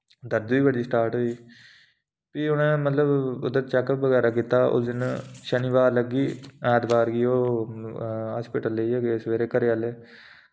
दर्द बी बड़ी स्टार्ट होई फ्ही उ'नें मतलब उद्धर चेक अप बगैरा कीता उस दिन शनिवार लग्गी ऐतबार गी ओह् हास्पिटल लेइयै गे सवेरे घरे आह्ले